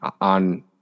on